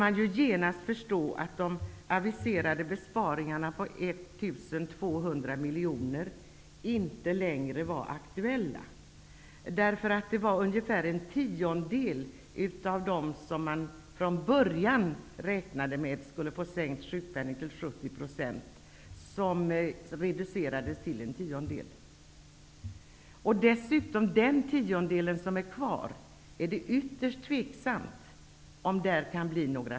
Man kunde genast förstå att de aviserade besparingarna på 1 200 miljoner kronor inte längre var aktuella. Det var nämligen ungefär en tiondel av det antal personer som man från början räknade med skulle få sänkt sjukpenning till 70 % som reducerades till en tiondel. Det är dessutom ytterst tvivelaktigt om det kan bli några sänkningar avseende den återstående tiondelen.